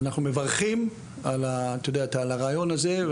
ואנחנו מברכים על הרעיון הזה,